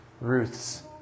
Ruth's